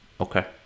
Okay